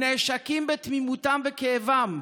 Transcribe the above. ונעשקים בתמימותם ובכאבם,